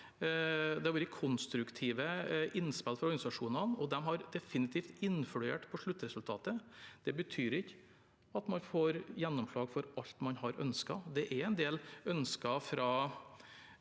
Det har vært konstruktive innspill fra organisasjonene, og de har definitivt influert på sluttresultatet. Det betyr ikke at man får gjennomslag for alt man har ønsket. Det er en del ønsker fra